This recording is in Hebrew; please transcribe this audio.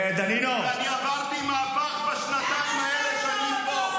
דנינו --- אני עברתי מהפך בשנתיים האלה שאני פה.